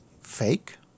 fake